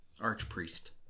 Archpriest